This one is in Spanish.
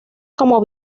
como